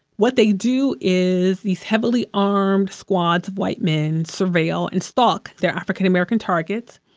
what they do is, these heavily armed squads of white men surveil and stalk their african-american targets.